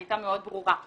הייתה מאוד ברורה.